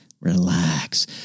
relax